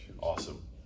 awesome